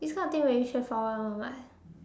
this kind of thing very straight forward [one] [what]